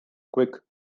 quick